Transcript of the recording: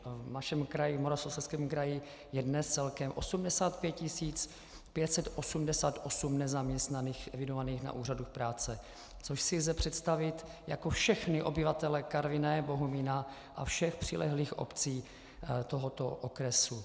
V našem kraji, v Moravskoslezském kraji, je dnes celkem 85 588 nezaměstnaných evidovaných na úřadu práce, což si lze představit jako všechny obyvatele Karviné, Bohumína a všech přilehlých obcí tohoto okresu.